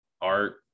art